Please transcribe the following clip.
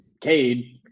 Cade